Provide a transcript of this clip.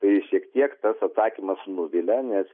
tai šiek tiek tas atsakymas nuvilia nes